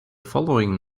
following